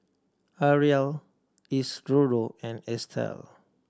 Arla Isidro and Estel